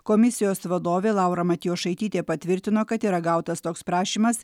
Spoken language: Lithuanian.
komisijos vadovė laura matjošaitytė patvirtino kad yra gautas toks prašymas